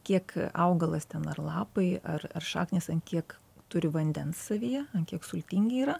kiek augalas ten ar lapai ar ar šaknys ant kiek turi vandens savyje ant kiek sultingi yra